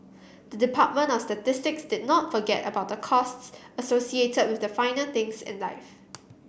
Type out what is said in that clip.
the Department of Statistics did not forget about the costs associated with the finer things in life